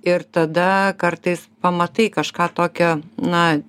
ir tada kartais pamatai kažką tokio na